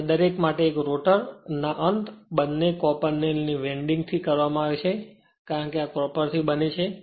અને દરેક એક માટે અને આ રોટર ના અંત બંને ખરેખર કોપરથી વેલ્ડિંગ કરવામાં આવે છે કારણ કે આ ક્રોપર થી બને છે